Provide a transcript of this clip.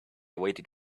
waited